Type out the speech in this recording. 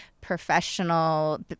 professional